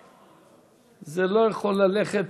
זה לא יכול ללכת,